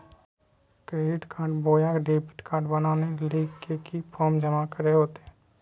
Credit card बोया debit card बनाने ले की की फॉर्म जमा करे होते?